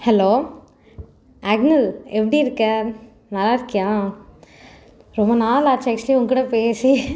hello அஃக்நில் எப்படி இருக்க நல்லா இருக்கீயா ரொம்ப நாளாச்சு ஆக்சுவலி உன்கூட பேசி